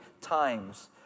times